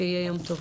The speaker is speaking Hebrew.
שיהיה יום טוב.